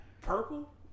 purple